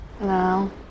No